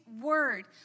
word